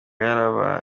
yarabaye